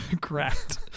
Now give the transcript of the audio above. Correct